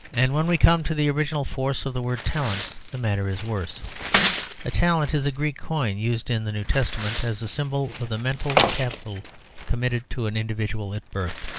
and when we come to the original force of the word talent the matter is worse a talent is a greek coin used in the new testament as a symbol of the mental capital committed to an individual at birth.